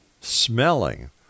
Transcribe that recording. smelling